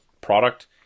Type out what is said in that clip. product